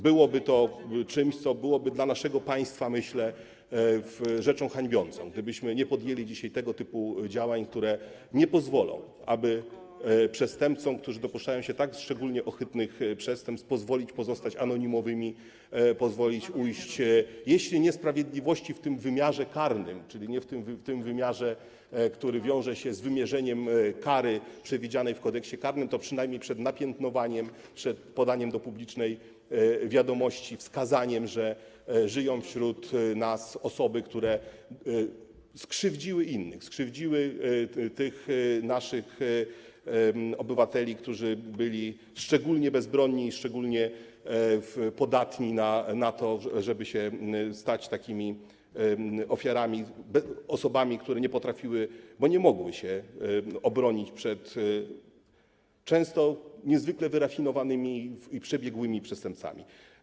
Byłoby to czymś, co byłoby dla naszego państwa, myślę, rzeczą hańbiącą, gdybyśmy nie podjęli dzisiaj tego typu działań, które nie pozwolą, aby przestępcom, którzy dopuszczają się tak szczególnie ohydnych przestępstw, pozwolić pozostać anonimowymi, pozwolić ujść, jeśli nie sprawiedliwości w tym wymiarze karnym, czyli w wymiarze, który wiąże się z wymierzeniem kary przewidzianej w Kodeksie karnym, to przynajmniej przed napiętnowaniem, przed podaniem do publicznej wiadomości, wskazaniem, że żyją wśród nas osoby, które skrzywdziły innych, skrzywdziły tych naszych obywateli, którzy byli szczególnie bezbronni i szczególnie podatni na to, żeby stać się takimi ofiarami, osobami, które nie potrafiły się obronić, bo nie mogły, przed często niezwykle wyrafinowanymi i przebiegłymi przestępcami.